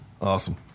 Awesome